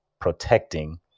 protecting